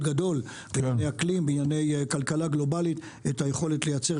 גדול בענייני אקלים ובענייני כלכלה גלובאלית את היכולת לייצר